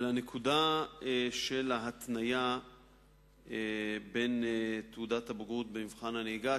2 3. לעניין ההתניה בין תעודת הבגרות למבחן הנהיגה,